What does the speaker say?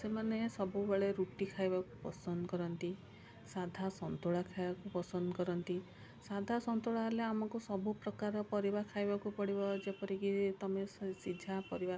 ସେମାନେ ସବୁବେଳେ ରୁଟି ଖାଇବାକୁ ପସନ୍ଦ କରନ୍ତି ସାଧା ସନ୍ତୁଳା ଖାଇବାକୁ ପସନ୍ଦ କରନ୍ତି ସାଧା ସନ୍ତୁଳା ହେଲେ ଆମକୁ ସବୁପ୍ରକାର ପରିବା ଖାଇବାକୁ ପଡ଼ିବ ଯେପରିକି ତୁମେ ସିଝା ପରିବା